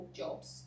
jobs